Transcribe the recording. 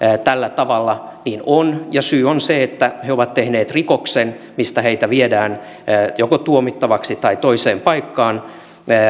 tällä tavalla ja syy on se että he ovat tehneet rikoksen mistä heitä viedään joko tuomittavaksi tai toiseen paikkaan